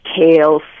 kale